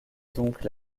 donc